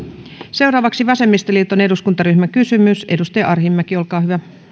seuraavaksi vasemmistoliiton eduskuntaryhmän kysymys edustaja arhinmäki olkaa hyvä